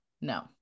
No